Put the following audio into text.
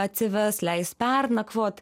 atsives leis pernakvot